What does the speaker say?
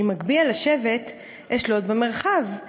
/ אם אגביה לשבת, אשלוט במרחב.